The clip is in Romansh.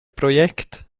project